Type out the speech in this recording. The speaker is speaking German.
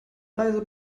reise